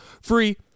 free